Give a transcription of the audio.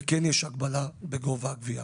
וכן יש הגבלה בגובה הגבייה.